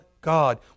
God